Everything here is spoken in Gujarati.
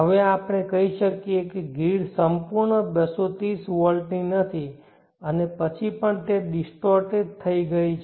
હવે આપણે કહી શકીએ કે ગ્રીડ સંપૂર્ણ 230 વોલ્ટની નથી અને પછી તે પણ ડિસ્ટોર્ટેડથઇ ગઈ છે